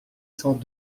cent